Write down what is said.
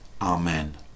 Amen